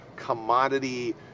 commodity